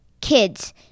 Kids